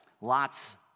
Lots